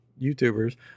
YouTubers